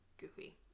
goofy